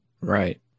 Right